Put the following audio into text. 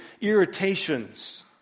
irritations